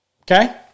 Okay